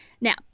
Now